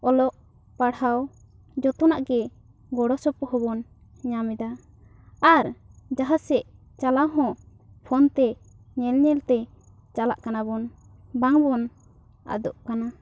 ᱚᱞᱚᱜ ᱯᱟᱲᱦᱟᱣ ᱡᱚᱛᱚᱱᱟᱜ ᱜᱮ ᱜᱚᱲᱚ ᱥᱚᱯᱚᱦᱚᱫ ᱠᱚ ᱵᱚᱱ ᱧᱟᱢ ᱮᱫᱟ ᱟᱨ ᱢᱟᱦᱟᱸ ᱥᱮᱫ ᱪᱟᱞᱟᱜ ᱦᱚᱸ ᱯᱷᱳᱱ ᱛᱮ ᱧᱮᱞ ᱧᱮᱞ ᱛᱮ ᱪᱟᱞᱟᱜ ᱠᱟᱱᱟ ᱵᱚᱱ ᱵᱟᱝ ᱵᱚᱱ ᱟᱫᱚᱜ ᱠᱟᱱᱟ